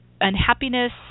unhappiness